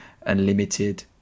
unlimited